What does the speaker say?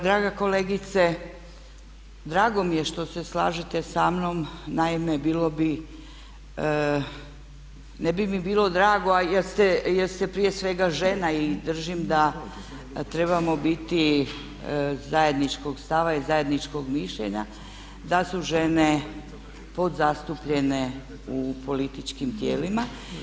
Draga kolegice, drago mi je što se slažete samnom, naime bilo bi, ne bi mi bilo drago jer ste prije svega žena i držim da trebamo biti zajedničkog stava i zajedničkog mišljenja da su žene podzastupljene u političkim tijelima.